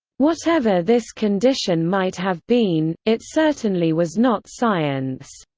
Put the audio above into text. whatever this condition might have been, it certainly was not science.